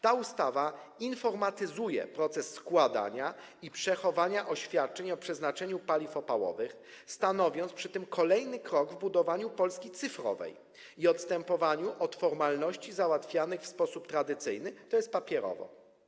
Ta ustawa informatyzuje proces składania i przechowywania oświadczeń o przeznaczeniu paliw opałowych, stanowiąc przy tym kolejny krok w budowaniu Polski cyfrowej i odstępowaniu od formalności załatwianych w sposób tradycyjny, to jest papierowo.